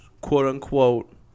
quote-unquote—